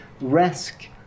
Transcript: risk